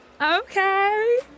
Okay